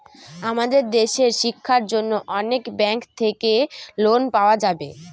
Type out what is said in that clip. আমাদের দেশের শিক্ষার জন্য অনেক ব্যাঙ্ক থাকে লোন পাওয়া যাবে